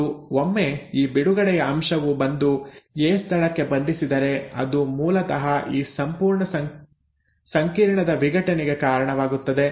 ಮತ್ತು ಒಮ್ಮೆ ಈ ಬಿಡುಗಡೆಯ ಅಂಶವು ಬಂದು ಎ ಸ್ಥಳಕ್ಕೆ ಬಂಧಿಸಿದರೆ ಅದು ಮೂಲತಃ ಈ ಸಂಪೂರ್ಣ ಸಂಕೀರ್ಣದ ವಿಘಟನೆಗೆ ಕಾರಣವಾಗುತ್ತದೆ